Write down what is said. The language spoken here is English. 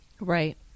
Right